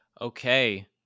Okay